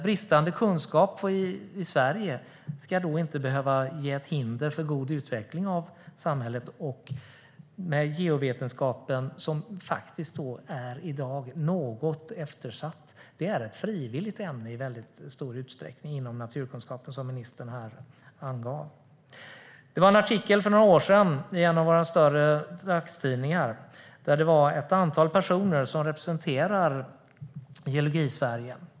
Bristande kunskap i Sverige ska inte behöva vara ett hinder för god utveckling av samhället när geovetenskapen som i dag är något eftersatt. Det är, som ministern angav, ett frivilligt ämne i väldigt stor utsträckning inom naturkunskapen. För några år sedan var det en artikel i en av våra större dagstidningar med ett antal personer som representerar Geologisverige.